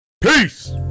Peace